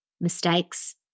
mistakes